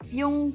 yung